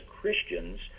Christians